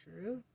true